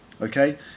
Okay